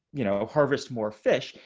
you know, harvest more fish.